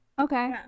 okay